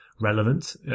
relevant